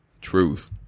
Truth